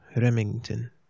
Remington